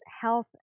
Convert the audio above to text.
health